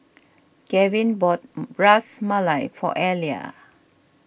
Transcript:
Kevin bought Ras Malai for Elia